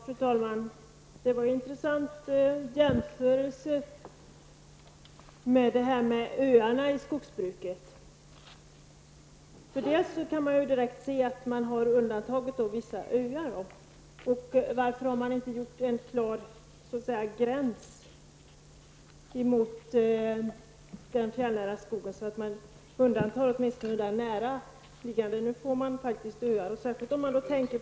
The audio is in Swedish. Fru talman! Det var en intressant jämförelse som gjordes med ''öarna'' i skogsbruket. Man har alltså undantagit vissa ''öar''. Varför har man då inte gjort en klar gräns mot den fjällnära skogen, så att man undantar åtminstone den näraliggande?